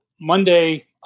Monday